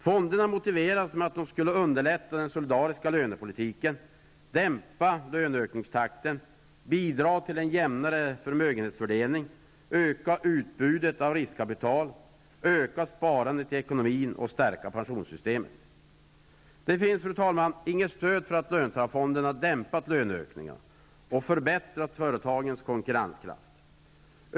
Fonderna motiverades med att de skulle underlätta den solidariska lönepolitiken, dämpa löneökningstakten, bidra till en jämnare förmögenhetsfördelning, öka utbudet av riskkapital, öka sparandet i ekonomin och stärka pensionssystemet. Fru talman! Det finns inget stöd för att löntagarfonderna dämpat löneökningarna och förbättrat företagens konkurrenskraft.